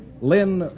Lynn